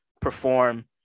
perform